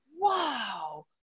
wow